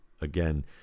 again